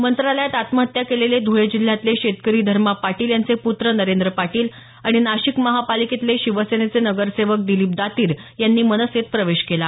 मंत्रालयात आत्महत्या केलेले धुळे जिल्ह्यातले शेतकरी धर्मा पाटील यांचे पूत्र नरेंद्र पाटील आणि नाशिक महापालिकेतले शिवसेनेचे नगरसेवक दिलीप दातीर यांनी मनसेत प्रवेश केला